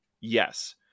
Yes